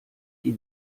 die